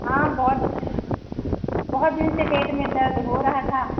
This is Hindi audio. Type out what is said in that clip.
हाँ बहुत बहुत दिन से पेट में दर्द हो रहा था